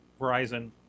Verizon